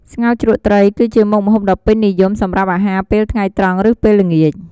ស្ងោរជ្រក់ត្រី គឺជាមុខម្ហូបដ៏ពេញនិយមសម្រាប់អាហារពេលថ្ងៃត្រង់ ឬពេលល្ងាច។